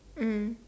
mm